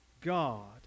God